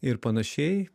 ir panašiai